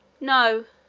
no,